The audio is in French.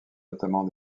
notamment